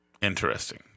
Interesting